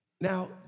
Now